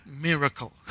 miracle